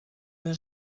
les